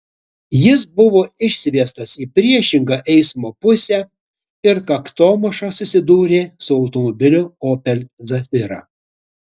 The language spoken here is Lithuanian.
jis buvo išsviestas į priešingą eismo pusę ir kaktomuša susidūrė su automobiliu opel zafira